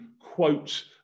quote